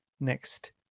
next